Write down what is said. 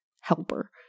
helper